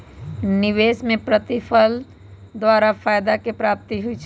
निवेश में प्रतिफल द्वारा फयदा के प्राप्ति होइ छइ